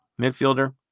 midfielder